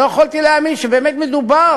לא יכולתי להאמין שבאמת מדובר